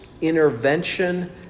intervention